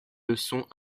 leçons